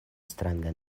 stranga